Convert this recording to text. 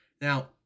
Now